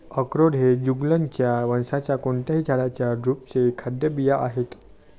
अक्रोड हे जुगलन्स वंशाच्या कोणत्याही झाडाच्या ड्रुपचे खाद्य बिया आहेत